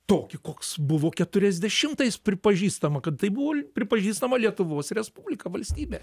tokį koks buvo keturiasdešimtais pripažįstama kad tai buvo l pripažįstama lietuvos respublika valstybė